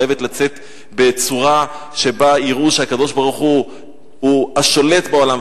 חייבת לצאת בצורה שבה יראו שהקדוש-ברוך-הוא הוא השולט בעולם.